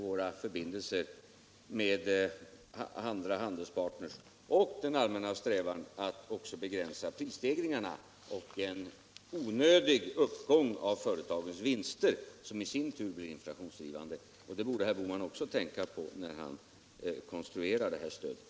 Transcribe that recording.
Vill statsrådet medverka till att en översyn sker av säkerhetsanordningarna vid vårt lands samtliga kärnkraftverk och att om så erfordras säkerhetsanordningarna skärps i och för undvikande av sabotage och terrorhandlingar?